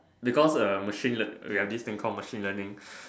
because um machine learn we have this thing called machine learning